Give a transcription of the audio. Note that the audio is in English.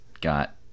got